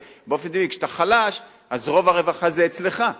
באופן טבעי כשאתה חלש אז רוב הרווחה זה אצלך.